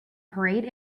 parade